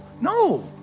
no